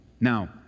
Now